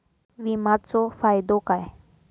विमाचो फायदो काय?